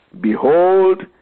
Behold